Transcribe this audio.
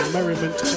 Merriment